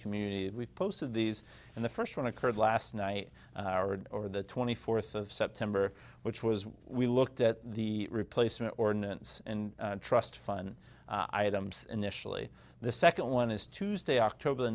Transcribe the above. community and we've posted these and the first one occurred last night or the twenty fourth of september which was we looked at the replacement ordinance and trust fund i thems initially the second one is tuesday october the